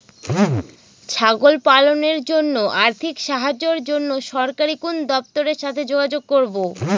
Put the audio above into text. ছাগল পালনের জন্য আর্থিক সাহায্যের জন্য সরকারি কোন দপ্তরের সাথে যোগাযোগ করব?